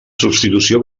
substitució